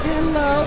Hello